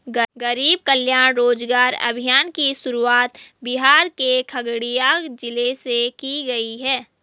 गरीब कल्याण रोजगार अभियान की शुरुआत बिहार के खगड़िया जिले से की गयी है